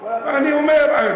אני אומר,